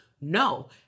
No